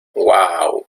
uau